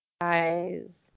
Guys